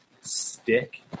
Stick